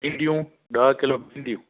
भिंडियूं ॾह किलो भिंडियूं